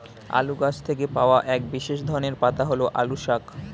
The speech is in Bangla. আলু গাছ থেকে পাওয়া এক বিশেষ ধরনের পাতা হল আলু শাক